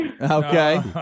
Okay